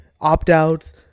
Opt-outs